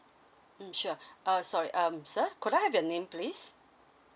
mm sure err sorry um sir could I have your name please